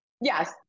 Yes